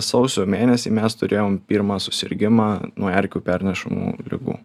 sausio mėnesį mes turėjom pirmą susirgimą nuo erkių pernešamų ligų